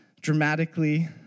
dramatically